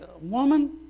woman